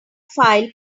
file